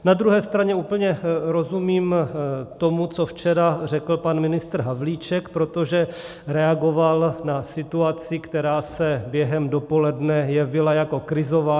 Na druhé straně úplně rozumím tomu, co včera řekl pan ministr Havlíček, protože reagoval na situaci, která se během dopoledne jevila jako krizová.